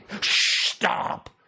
Stop